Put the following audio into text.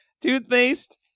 Toothpaste